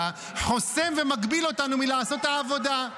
חוסם ומגביל אותנו מלעשות את העבודה.